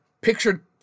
pictured